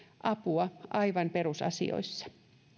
apua aivan perusasioissa